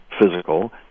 physical